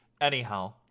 Anyhow